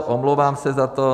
Omlouvám se za to.